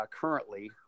currently